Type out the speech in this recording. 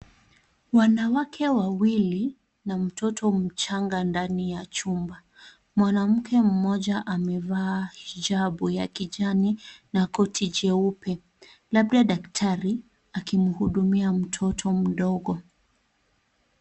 Wanawake wawili na mtoto mchanga ndani ya chumba. Mwanamke mmoja amevaa ijabu ya kijani na koti jeupe, labda daktari akimhudumia mtoto mdogo.